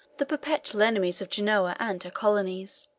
the perpetual enemies of genoa and her colonies.